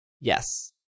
Yes